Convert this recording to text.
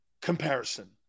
comparison